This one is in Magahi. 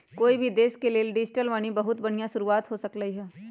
कोई भी देश के लेल डिजिटल मनी बहुत बनिहा शुरुआत हो सकलई ह